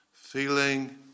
feeling